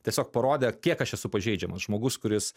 tiesiog parodė kiek aš esu pažeidžiamas žmogus kuris